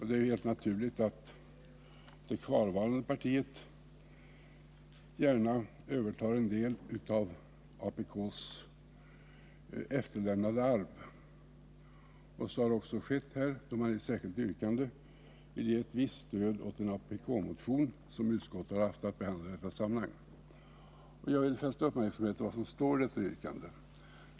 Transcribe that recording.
Det är helt naturligt att det kvarvarande partiet gärna övertar en del av apk:s efterlämnade arv. Så har också skett här, då man i ett särskilt yrkande vill ge ett visst stöd åt en apk-motion som utskottet haft att behandla i detta sammanhang. Jag vill fästa uppmärksamheten på vad som står i detta yrkande.